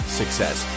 success